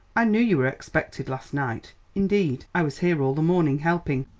i knew you were expected last night indeed, i was here all the morning helping,